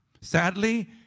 Sadly